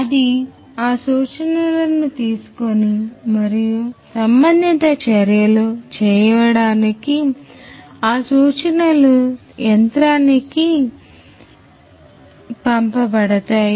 అది ఆ సూచనలను తీసుకొని మరియు సంబంధిత చర్యలు చేయడానికి ఆ సూచనలు యంత్రానికి పంపబడతాయి